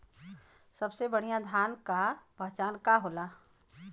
सबसे बढ़ियां धान का पहचान का होला?